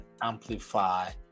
amplify